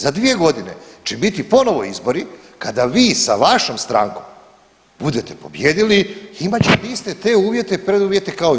Za 2 godine će biti ponovo izbori kada vi sa vašom strankom budete pobijedili, imat ćete iste te uvjete i preduvjete kao i mi.